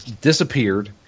disappeared